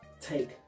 take